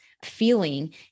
feeling